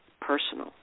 personal